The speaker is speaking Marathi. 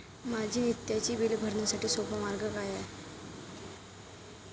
माझी नित्याची बिले भरण्यासाठी सोपा मार्ग काय आहे?